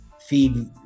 feed